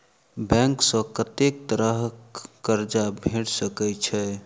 Bank सऽ कत्तेक तरह कऽ कर्जा भेट सकय छई?